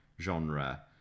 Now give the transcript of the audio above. genre